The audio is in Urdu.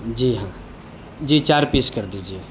جی ہاں جی چار پیس کر دیجیے